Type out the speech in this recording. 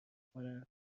کنند